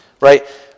Right